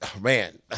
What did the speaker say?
man